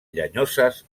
llenyoses